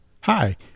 hi